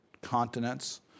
continents